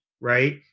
Right